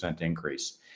increase